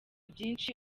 byinshi